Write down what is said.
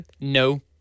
no